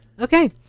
Okay